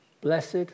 Blessed